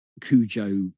Cujo